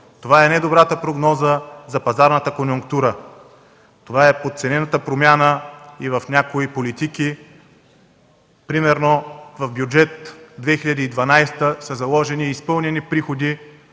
Това е недобрата прогноза за пазарната конюнктура. Това е подценената промяна и в някои политики, примерно в Бюджет 2012 са заложени изпълнени приходи,